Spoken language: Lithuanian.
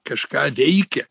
kažką veikia